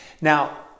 Now